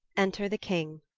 enter the king.